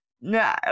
No